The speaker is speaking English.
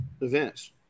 events